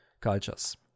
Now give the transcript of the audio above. cultures